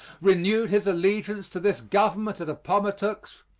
renewed his allegiance to this government at appomattox,